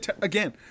again